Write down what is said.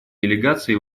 делегации